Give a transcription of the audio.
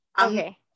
okay